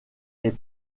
est